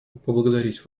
поблагодарить